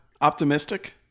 optimistic